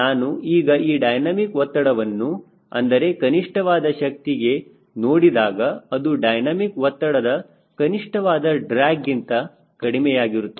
ನಾನು ಈಗ ಈ ಡೈನಮಿಕ್ ಒತ್ತಡವನ್ನು ಅದರ ಕನಿಷ್ಠವಾದ ಶಕ್ತಿಗೆ ನೋಡಿದಾಗ ಅದು ಡೈನಮಿಕ್ ಒತ್ತಡದ ಕನಿಷ್ಠವಾದ ಡ್ರ್ಯಾಗ್ಗಿಂತ ಕಡಿಮೆಯಾಗಿರುತ್ತದೆ